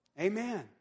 Amen